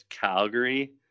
Calgary